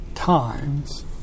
times